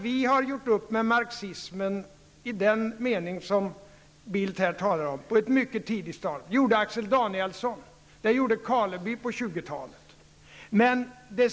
Vi har gjort upp med marxismen, i den mening som Carl Bildt här talar om, på ett mycket tidigt stadium. Det gjorde först Axel Danielsson och sedan på 20-talet Nils Karleby.